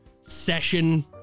session